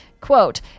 quote